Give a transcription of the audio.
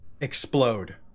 explode